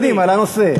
קדימה, לנושא.